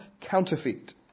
counterfeit